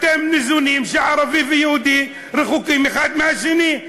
אתם ניזונים מזה שערבי ויהודי רחוקים האחד מהשני.